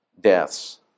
deaths